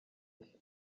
ishya